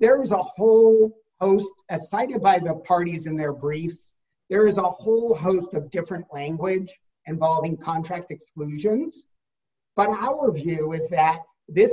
there is a whole host as cited by the parties in their briefs there is a whole host of different language and calling contract exclusions but our view is that this